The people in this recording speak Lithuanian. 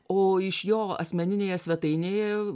o iš jo asmeninėje svetainėje